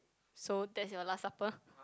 so that's your last supper